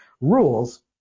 rules